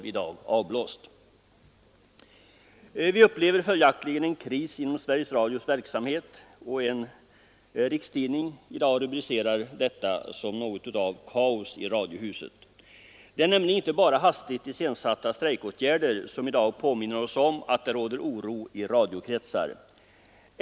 12.00 i dag. Vi upplever följaktligen en kris inom Sveriges Radios verksamhet. En rikstidning i dag rubricerar detta som något av kaos i radiohuset. Det är nämligen inte bara hastigt iscensatta strejkåtgärder som i dag påminner oss om att det råder oro i radiokretsar.